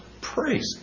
praise